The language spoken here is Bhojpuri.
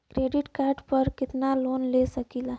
क्रेडिट कार्ड पर कितनालोन ले सकीला?